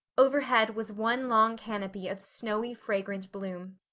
overhead was one long canopy of snowy fragrant bloom.